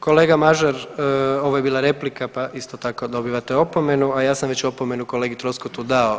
Kolega Mažar ovo je bila replika pa isto tako dobivate opomenu, a ja sam već opomenu kolegi Troskotu dao.